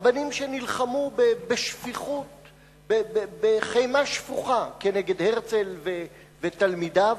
רבנים שנלחמו בחימה שפוכה כנגד הרצל ותלמידיו,